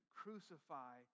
crucify